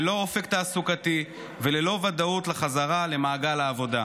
ללא אופק תעסוקתי וללא ודאות לחזרה למעגל העבודה.